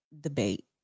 debate